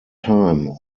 time